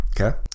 okay